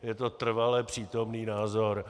Je to trvale přítomný názor.